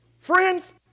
Friends